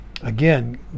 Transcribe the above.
Again